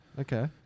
Okay